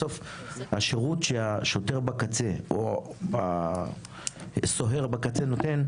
בסוף השירות שהשוטר בקצה או הסוהר בקצה נותן,